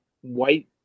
white